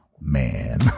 man